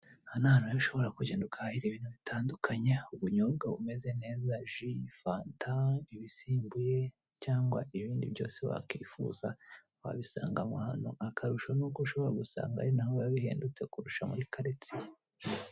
Aha ni ahantu rero ushobora kugenda ugahahira ibintu bitandukanye; ubunyobwa bumeze neza, ji, fanta, ibisembuye, cyangwa ibindi byose wakifuza wabisanga mo hano, akarusho ni uko shobora gusanga ari na ho biba bihendutse kurusha muri karitsiye.